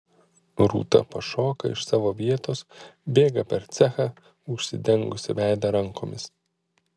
rūta pašoka iš savo vietos bėga per cechą užsidengusi veidą rankomis